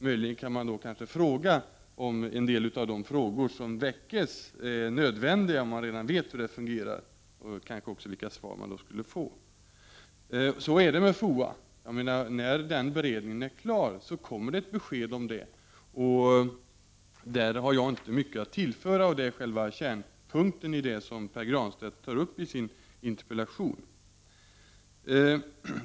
Möjligen kan man då kanske undra om en del av de frågor som väcks är nödvändiga, när man redan vet hur det hela fungerar och därmed kanske också vilka svar man skall få. Så är det med FOA. När den beredningen är klar kommer ett besked; där har jag inte mycket att tillföra. Detta är själva kärnpunkten i det som Pär Granstedt tar upp i sin interpellation.